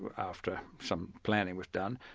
but after some planning was done,